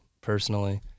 personally